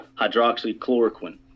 hydroxychloroquine